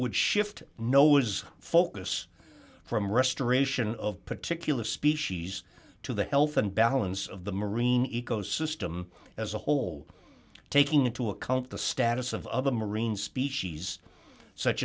would shift nose focus from restoration of particular species to the health and balance of the marine ecosystem as a whole taking into account the status of other marine species such